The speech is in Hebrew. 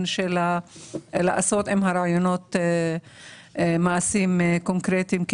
של לעשות עם הרעיונות מעשים קונקרטיים,